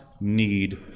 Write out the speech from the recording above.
need